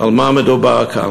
על מה מדובר כאן.